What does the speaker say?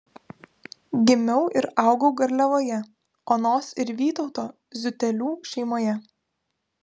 gimiau ir augau garliavoje onos ir vytauto ziutelių šeimoje